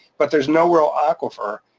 but there's no real aquifer,